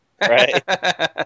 Right